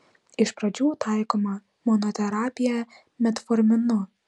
iš pradžių taikoma monoterapija metforminu